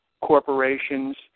corporations